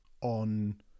on